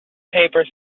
paper